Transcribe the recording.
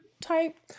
type